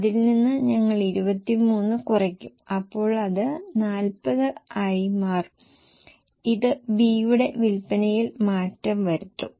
അതിൽ നിന്നു ഞങ്ങൾ 23 കുറയ്ക്കും അപ്പോൾ അത് 40 ആയി മാറ്റും ഇത് B യുടെ വിൽപ്പനയിൽ മാറ്റം വരുത്തും